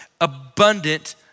abundant